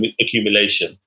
accumulation